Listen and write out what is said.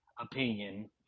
opinion